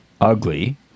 ugly